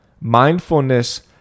Mindfulness